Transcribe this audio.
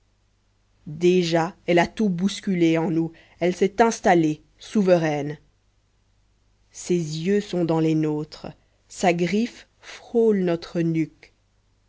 déjà elle a tout bousculé en nous elle s'est installée souveraine ses yeux sont dans les nôtres sa griffe frôle notre nuque